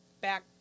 back